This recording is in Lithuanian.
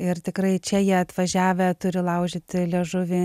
ir tikrai čia jie atvažiavę turi laužyti liežuvį